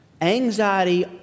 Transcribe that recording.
Anxiety